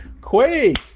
Quake